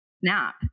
snap